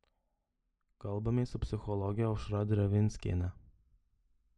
kalbamės su psichologe aušra drevinskiene